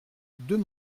deux